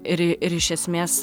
ir ir iš esmės